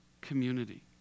community